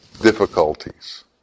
difficulties